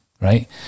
right